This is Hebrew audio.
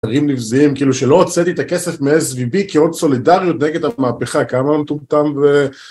דברים נבזיים כאילו שלא הוצאתי את הכסף מ svb , כאות סולידריות נגד המהפכה, כמה מטומטם ו...